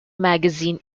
magazine